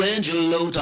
Angelo